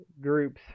groups